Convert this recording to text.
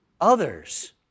others